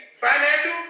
financial